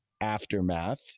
Aftermath